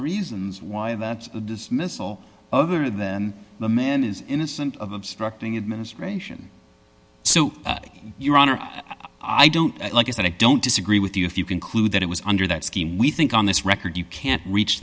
reasons why that dismissal other than the man is innocent of obstructing administration so your honor i don't like is that i don't disagree with you if you conclude that it was under that scheme we think on this record you can't reach